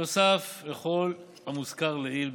נוסף על כל המוזכר לעיל,